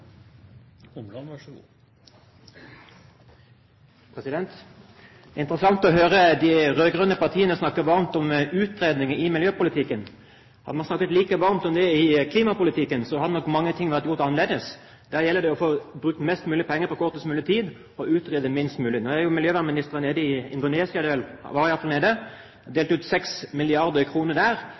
interessant å høre de rød-grønne partiene snakke varmt om utredning i miljøpolitikken. Hadde man snakket like varmt om det i klimapolitikken, hadde nok mange ting vært gjort annerledes. Der gjelder det å bruke mest mulig penger på kortest mulig tid og utrede minst mulig. Nå var jo miljøvernministeren nede i Indonesia og delte ut 6 mrd. kr der. Der var det ikke nødvendig med utredninger. Der var det bare å få pengene ut,